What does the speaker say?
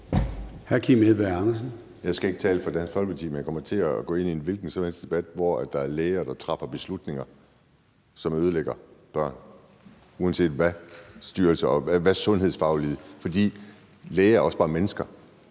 20:46 Kim Edberg Andersen (NB): Jeg skal ikke tale på Dansk Folkepartis vegne, men jeg kommer til at gå ind i hvilken som helst debat, hvor der er læger, der træffer beslutninger, som ødelægger børn – uanset hvad en styrelse eller sundhedsfaglige personer siger. For læger er også bare mennesker.